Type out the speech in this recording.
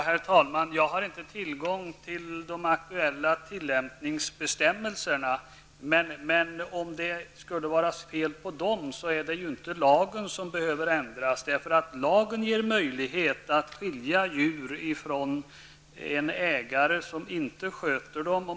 Herr talman! Jag har inte tillgång till de aktuella tillämpningsbestämmelserna, men om det skulle vara fel på dem är det inte lagen som behöver ändras. Lagen ger möjlighet att skilja djuren från en ägare som inte sköter dem.